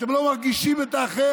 אתם לא מרגישים את האחר.